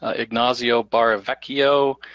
ah ignacio barevecchio.